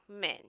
men